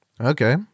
Okay